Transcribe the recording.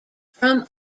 from